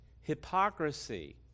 hypocrisy